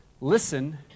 Listen